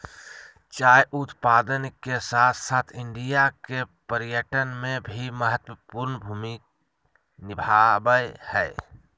चाय उत्पादन के साथ साथ इंडिया के पर्यटन में भी महत्वपूर्ण भूमि निभाबय हइ